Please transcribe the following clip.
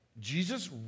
Jesus